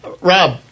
Rob